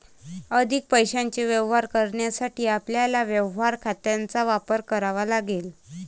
अधिक पैशाचे व्यवहार करण्यासाठी आपल्याला व्यवहार खात्यांचा वापर करावा लागेल